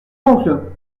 oncle